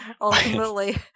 Ultimately